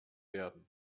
werden